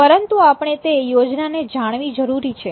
પરંતુ આપણે તે યોજનાને જાણવી જરૂરી છે